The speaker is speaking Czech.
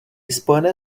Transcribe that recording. spojené